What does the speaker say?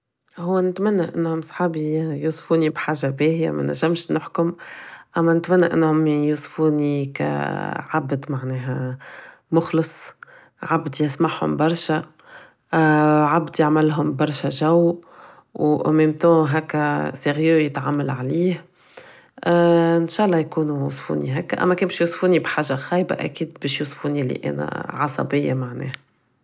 هو نتمنى انهم صحابي يوصفوني بحاجة باهية مانجمش نحكم اما نتمنى انهم يوصفوني ك عبد معناها مخلص عبد يسمعهم برشا عبد يعملهم برشا جو و au même temps هكا sérieux يتعامل عليه ان شاء الله يكونو وصفوني هكدا اما بش يوصفوني بحاجة خايبة اكيد بش يوصفوني انا عصبية معناه